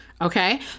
Okay